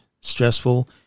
stressful